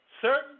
Certain